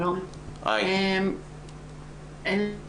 שלום, אין לי